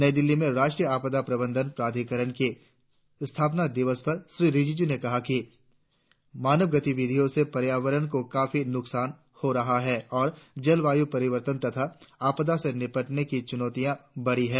नई दिल्ली में राष्ट्रीय आपदा प्रबंधन प्राधिकरण के स्थापना दिवस पर श्री रिजिजू ने कहा कि मानव गतिविधियों से पर्यावरन को काफी नुकसान हो रहा और जलवायु परिवर्तन तथा आपदाओं से निपटने की चुनौतियाँ बढ़ी हैं